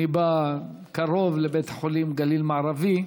אני גר קרוב לבית חולים גליל מערבי,